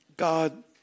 God